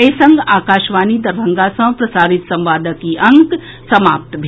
एहि संग आकाशवाणी दरभंगा सँ प्रसारित संवादक ई अंक समाप्त भेल